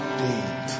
deep